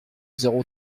zéro